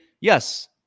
yes